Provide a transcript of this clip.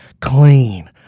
clean